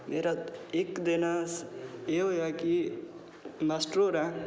इक दिन एह् होआ कि मास्टर होरें